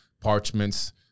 parchments